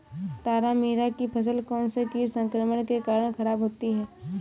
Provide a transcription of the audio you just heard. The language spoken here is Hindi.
तारामीरा की फसल कौनसे कीट संक्रमण के कारण खराब होती है?